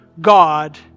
God